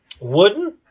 wooden